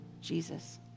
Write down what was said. Jesus